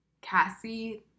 cassie